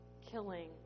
killing